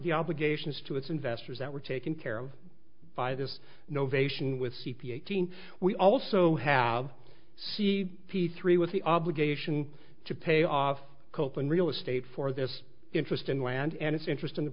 the obligations to its investors that were taken care of by this no vacation with c p eighteen we also have c p three with the obligation to pay off koeppen real estate for this interest in land and its interest on the